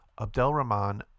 Abdelrahman